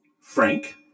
Frank